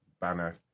Banner